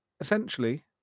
Essentially